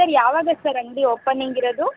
sir ಯಾವಾಗ sir ಅಂಗಡಿ opening ಇರೋದು